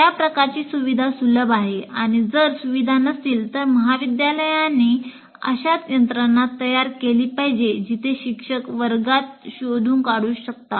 त्या प्रकारची सुविधा सुलभ आहे आणि जर सुविधा नसतील तर महाविद्यालयाने अशी यंत्रणा तयार केली पाहिजे जिथे शिक्षक वर्गात प्रात्यक्षिक दाखवू शकतात